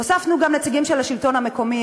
הוספנו גם נציגים של השלטון המקומי,